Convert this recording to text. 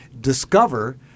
discover